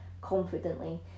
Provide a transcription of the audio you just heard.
confidently